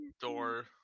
door